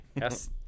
yes